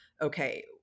okay